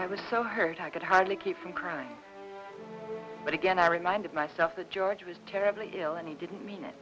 i was so hurt i could hardly keep from crying but again i reminded myself that george was terribly ill and he didn't mean it